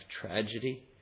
tragedy